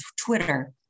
Twitter